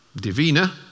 Divina